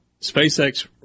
SpaceX